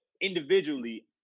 individually